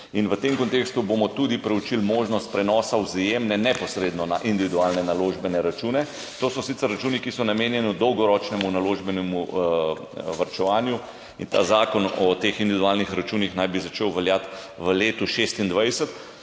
in v tem kontekstu bomo tudi preučili možnost prenosa Vzajemne neposredno na individualne naložbene račune. To so sicer računi, ki so namenjeni dolgoročnemu naložbenemu varčevanju. In ta zakon o teh individualnih računih naj bi začel veljati v letu 2026.